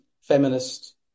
feminist